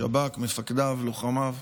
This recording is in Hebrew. שב"כ, מפקדיו, לוחמיו.